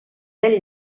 del